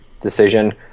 decision